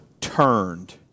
turned